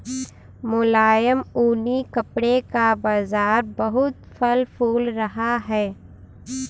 मुलायम ऊनी कपड़े का बाजार बहुत फल फूल रहा है